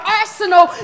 arsenal